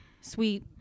sweet